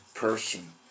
Person